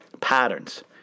Patterns